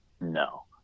No